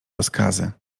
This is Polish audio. rozkazy